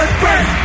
break